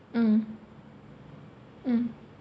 mm mm